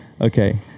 Okay